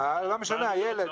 לא משנה, הילד.